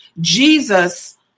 Jesus